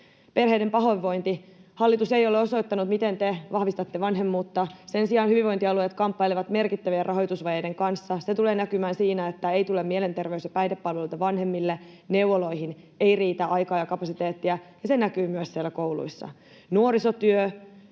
Perheiden pahoinvointi. Hallitus ei ole osoittanut, miten te vahvistatte vanhemmuutta. Sen sijaan hyvinvointialueet kamppailevat merkittävien rahoitusvajeiden kanssa. Se tulee näkymään siinä, että ei tule mielenterveys- ja päihdepalveluita vanhemmille, neuvoloihin ei riitä aikaa ja kapasiteettia, ja se näkyy myös siellä kouluissa. Nuorisotyö,